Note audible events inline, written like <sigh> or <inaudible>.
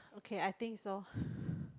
okay I think so <breath>